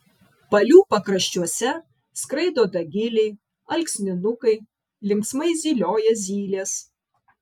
palių pakraščiuose skraido dagiliai alksninukai linksmai zylioja zylės